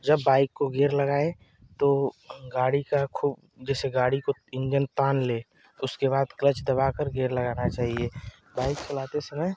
जब बाइक को गेयर लगाएँ तो गाड़ी का खूब जैसे गाड़ी को इंजन तान ले उसके बाद क्लच दबा कर गेयर लगाना चाहिए बाइक चलाते समय